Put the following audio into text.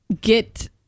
get